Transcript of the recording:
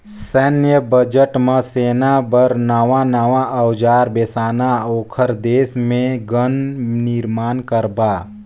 सैन्य बजट म सेना बर नवां नवां अउजार बेसाना, ओखर देश मे गन निरमान करबा